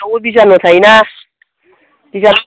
बावबो बिजानु थायोना बिजानु